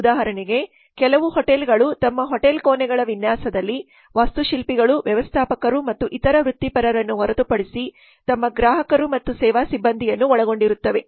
ಉದಾಹರಣೆಗೆ ಕೆಲವು ಹೋಟೆಲ್ಗಳು ತಮ್ಮ ಹೋಟೆಲ್ ಕೋಣೆಗಳ ವಿನ್ಯಾಸದಲ್ಲಿ ವಾಸ್ತುಶಿಲ್ಪಿಗಳು ವ್ಯವಸ್ಥಾಪಕರು ಮತ್ತು ಇತರ ವೃತ್ತಿಪರರನ್ನು ಹೊರತುಪಡಿಸಿ ತಮ್ಮ ಗ್ರಾಹಕರು ಮತ್ತು ಸೇವಾ ಸಿಬ್ಬಂದಿಯನ್ನು ಒಳಗೊಂಡಿರುತ್ತವೆ